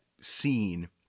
scene